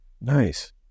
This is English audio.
Nice